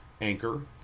Anchor